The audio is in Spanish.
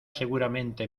seguramente